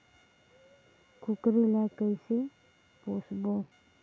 कूकरी ला कइसे पोसबो?